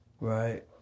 Right